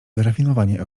wyrafinowanie